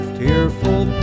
tearful